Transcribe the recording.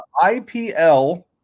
IPL